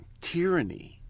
tyranny